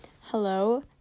hello